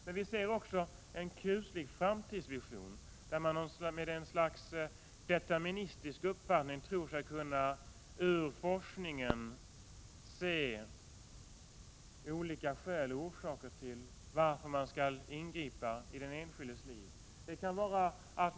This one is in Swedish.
Men vi ser också en kuslig framtidsvision där man med ett slags deterministisk uppfattning om forskningen tror sig kunna se olika skäl till att man skall ingripa i den enskildes liv.